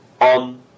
on